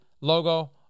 logo